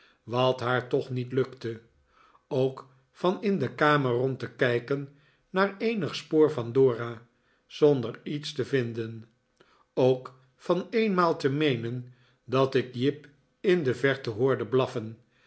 wat haar toch niet lukte ook van in de kamer rond te kijken naar eenig spoor van dora zonder iets te vinden ook van eenmaal te meenen dat ik jip in de verte hoorde blaffen